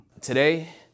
Today